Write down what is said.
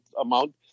amount